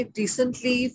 recently